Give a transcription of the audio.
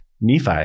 Nephi